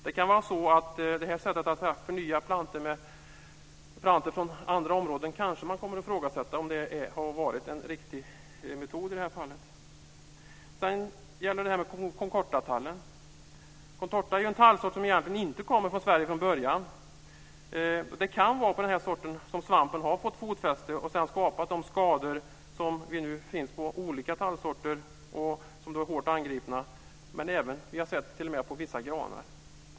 Man kanske kommer att ifrågasätta detta sätt att förnya plantor med plantor från andra områden. Har det varit en riktig metod i detta fall? Contortatallen är en tallsort som egentligen inte kommer från Sverige från början. Det kan vara på denna sort som svampen har fått fotfäste och sedan har skapat de skador som nu finns på olika tallsorter, som är hårt angripna. Vi har t.o.m. sett detta på vissa granar.